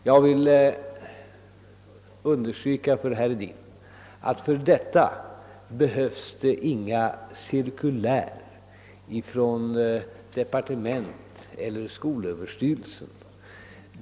Ja, herr Hedin, för det behövs inga cirkulär från departementet eller skolöverstyrelsen.